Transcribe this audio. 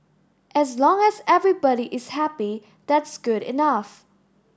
as long as everybody is happy that's good enough